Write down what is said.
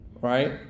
Right